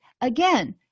again